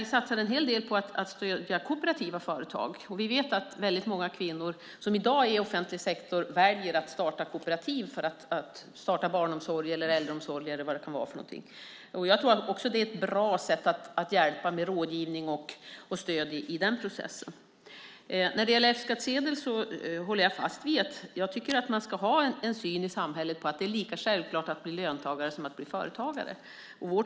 Vi satsar en hel del på att stödja kooperativa företag. Vi vet att många kvinnor som i dag är i offentlig sektor väljer att starta kooperativ - barnomsorg eller äldreomsorg. Jag tror att det är bra att hjälpa med rådgivning och stöd i den processen. När det gäller F-skattsedel håller jag fast vid att jag tycker att man i samhället ska ha synen att det är lika självklart att bli företagare som att bli löntagare.